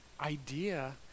idea